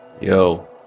Yo